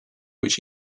which